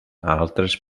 altres